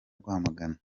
rwamagana